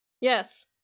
Yes